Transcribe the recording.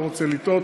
אני לא רוצה לטעות,